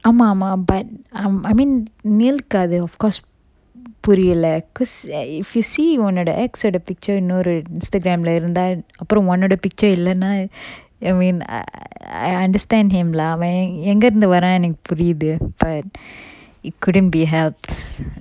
ஆமா ஆமா:aama aama but um I mean நீல்காது:neelkathu of course புரியல:puriyala cause if you see ஒன்னோட:onnoda ex ஓட:oda picture இன்னொரு:innoru instagram lah இருந்தா அப்புறம் ஒன்னோட:iruntha appuram onnoda picture இல்லனா:illana I mean I I understand him lah அவன் எங்கயிருந்து வாரான் எனக்கு புரியுது:avan engayirunthu varan enakku puriyuthu but it couldn't be helped